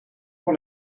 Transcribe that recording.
pour